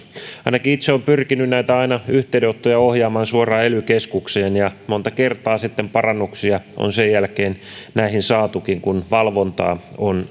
ainakin itse olen pyrkinyt näitä yhteydenottoja aina ohjaamaan suoraan ely keskukseen ja monta kertaa parannuksia on sen jälkeen näihin saatukin kun valvonta on